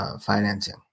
financing